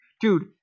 dude